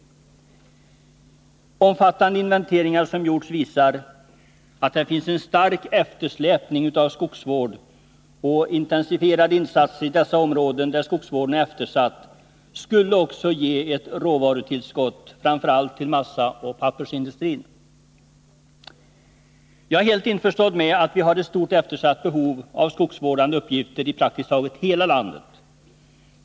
Omfattande inventeringar som gjorts visar att det finns en stark eftersläpning i fråga om skogsvården, och intensifierade insatser i de områden där skogsvården är eftersatt skulle också ge ett råvarutillskott, framför allt till massaoch pappersindustrin. Jag är helt medveten om att vi har ett stort eftersatt behov av skogsvårdande uppgifter i praktiskt taget hela landet.